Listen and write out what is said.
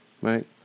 right